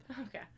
Okay